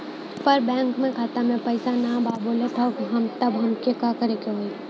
पर बैंक मे खाता मे पयीसा ना बा बोलत हउँव तब हमके का करे के होहीं?